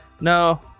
No